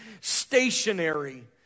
stationary